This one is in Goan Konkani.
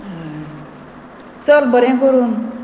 चल बरें करून